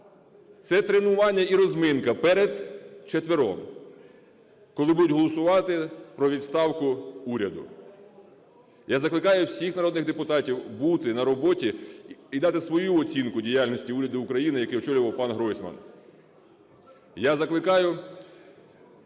це тренування і розминка перед четвергом, коли будуть голосувати про відставку уряду. Я закликаю всіх народних депутатів бути на роботі і дати свою оцінку діяльності уряду України, який очолював пан Гройсман.